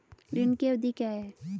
ऋण की अवधि क्या है?